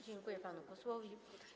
Dziękuję panu posłowi.